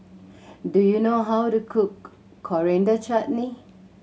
do you know how to cook Coriander Chutney